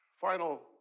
Final